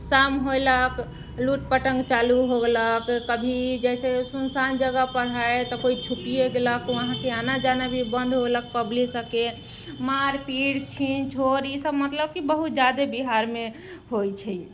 शाम होयलक लूट पटंग चालू हो गेलक कभी जैसे सुनसान जगहपर हइ तऽ कोइ छुपिए गेलक वहाँसँ आना जाना भी बन्द हो गेलक पब्लिकसभके मारपीट छीन छोर ईसभ मतलब कि बहुत ज्यादे बिहारमे होइत छै